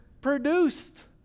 produced